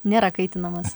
nėra kaitinamas